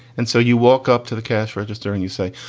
and so you walk up to the cash register and you say,